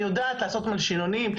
היא יודעת לעשות מלשינונים,